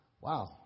Wow